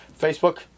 Facebook